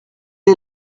est